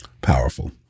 powerful